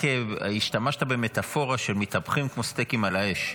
השתמשת במטאפורה "מתהפכים כמו סטייקים על האש".